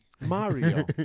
Mario